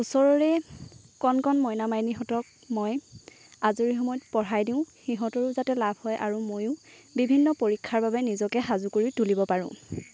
ওচৰৰে কণ কণ মইনা মাইনীহঁতক মই আজৰি সময়ত পঢ়াই দিওঁ সিহঁতৰো যাতে লাভ হয় আৰু মইয়ো বিভিন্ন পৰীক্ষাৰ বাবে নিজকে সাজু কৰি তুলিব পাৰোঁ